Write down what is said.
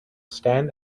stand